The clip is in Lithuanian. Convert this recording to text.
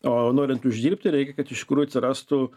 o norint uždirbti reikia kad iš tikrųjų atsirastų